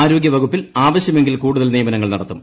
ആരോഗ്യവകുപ്പിൽ ആവിശ്യ്മങ്കിൽ കൂടുതൽ നിയമനങ്ങൾ നടത്തും